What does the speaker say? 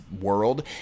world